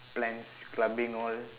plans clubbing all